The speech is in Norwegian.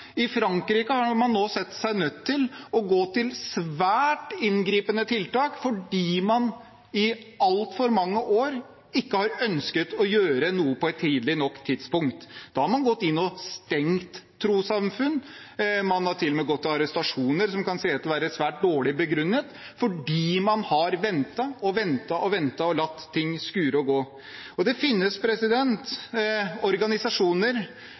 altfor mange år ikke har ønsket å gjøre noe på et tidlig nok tidspunkt. Da har man gått inn og stengt trossamfunn, man har til og med gått til arrestasjoner som kan sies å være svært dårlig begrunnet, fordi man har ventet og ventet og ventet og latt ting skure og gå. Det finnes organisasjoner